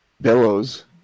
billows